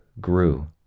grew